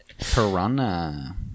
Piranha